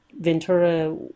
Ventura